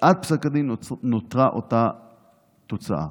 תוצאת פסק הדין נותרה אותה תוצאה.